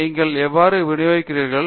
நீங்கள் எவ்வாறு விநியோகிக்கப்படுகிறீர்கள்